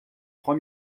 trois